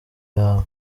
yawe